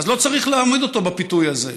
אז לא צריך להעמיד אותו בפיתוי הזה.